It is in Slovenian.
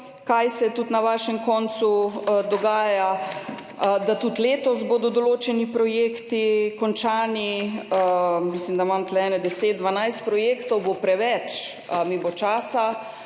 kaj se tudi na vašem koncu dogaja, da bodo tudi letos določeni projekti končani. Mislim, da imam tu 10, 12 projektov, bo preveč, mi bo časa